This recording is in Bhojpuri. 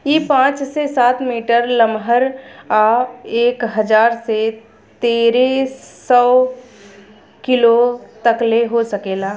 इ पाँच से सात मीटर लमहर आ एक हजार से तेरे सौ किलो तकले हो सकेला